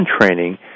training